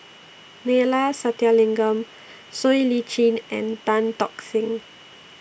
Neila Sathyalingam Siow Lee Chin and Tan Tock Seng